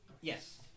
Yes